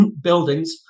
buildings